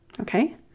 Okay